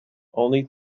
only